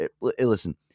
Listen